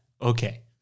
okay